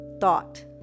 thought